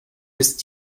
ist